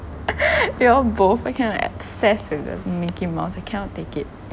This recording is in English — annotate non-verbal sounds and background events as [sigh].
[laughs] you all both are kind of obsessed with the mickey mouse I cannot take it